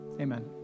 Amen